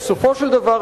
בסופו של דבר,